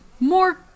more